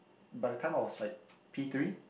by the time I was like P-three